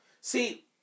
See